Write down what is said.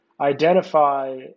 identify